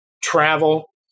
travel